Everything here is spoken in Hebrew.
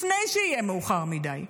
לפני שיהיה מאוחר מדי.